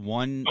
one